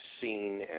seen